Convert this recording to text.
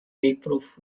leakproof